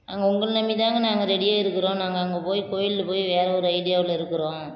நாங்கள் உங்களை நம்பிதானே நாங்கள் ரெடி ஆகி இருக்குறோம் நாங்கள் அங்கே போய் கோயில் போய் வேறு ஒரு ஐடியாவில் இருக்கிறோம்